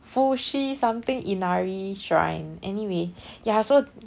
fushi something inari shrine anyway ya so